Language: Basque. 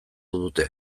dute